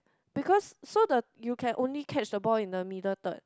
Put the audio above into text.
because so the you can only catch the ball in the middle third